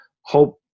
hope